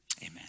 Amen